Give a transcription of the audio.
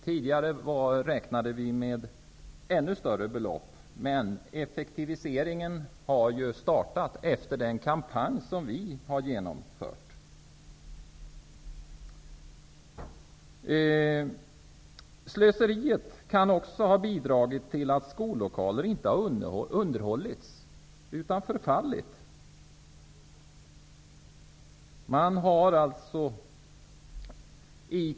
Tidigare räknade vi med ännu större belopp, men effektiviseringen startade ju efter den kampanj vi förde. Slöseriet kan också ha bidragit till att skollokaler inte har underhållits utan i stället fått förfalla.